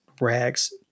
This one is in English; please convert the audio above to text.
rags